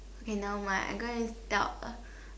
okay nevermind I go and tell uh